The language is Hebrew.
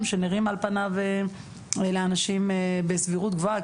שנראים על פניו לאנשים בסבירות גבוהה.